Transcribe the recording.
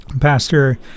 Pastor